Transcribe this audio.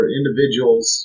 individuals